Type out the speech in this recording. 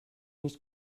nicht